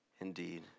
indeed